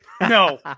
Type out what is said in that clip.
No